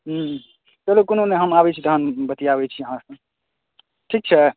चलूँ कोनो नहि हम अबैत छी तहन बतियाबैत छी अहाँसे ठीक छै